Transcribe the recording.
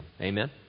Amen